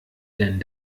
denn